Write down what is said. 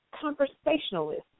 conversationalist